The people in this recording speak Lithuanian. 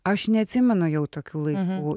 aš neatsimenu jau tokių laikų